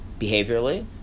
behaviorally